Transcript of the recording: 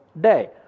day